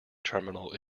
terminal